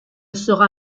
sera